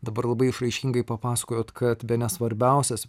dabar labai išraiškingai papasakojote kad bene svarbiausias